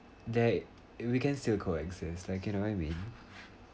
that we can still coexist like you know I mean